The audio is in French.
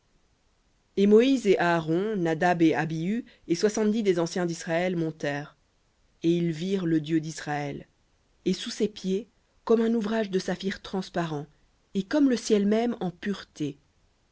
et moïse et aaron nadab et abihu et soixante-dix des anciens d'israël montèrent et ils virent le dieu d'israël et sous ses pieds comme un ouvrage de saphir transparent et comme le ciel même en pureté